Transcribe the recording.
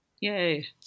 Yay